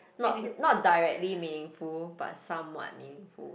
not not directly meaningful but somewhat meaningful